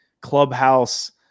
clubhouse